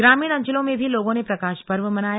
ग्रामीण अंचलों में भी लोगों ने प्रकाश पर्व मनाया